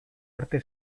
arte